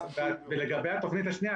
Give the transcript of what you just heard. לגבי התוכנית השנייה,